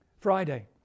Friday